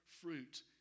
fruit